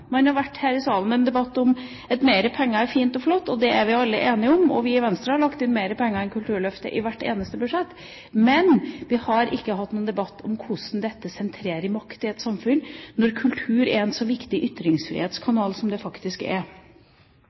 om at mer penger er fint og flott, og det er vi alle enige om. Vi i Venstre har lagt inn mer penger til Kulturløftet i hvert eneste budsjett, men vi har ikke hatt noen debatt om hvordan dette sentrerer makt i et samfunn når kultur er en så viktig ytringsfrihetskanal som den faktisk er.